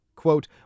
Quote